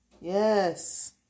Yes